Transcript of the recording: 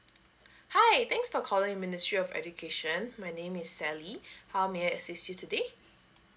hi thanks for calling ministry of education my name is sally how may I assist you today